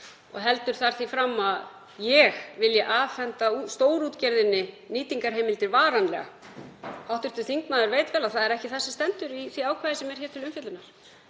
og heldur þar því fram að ég vilji afhenda stórútgerðinni nýtingarheimildir varanlega. Hv. þingmaður veit vel að það er ekki það sem stendur í því ákvæði sem er hér til umfjöllunar,